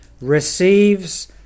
receives